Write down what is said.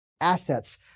Assets